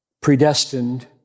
predestined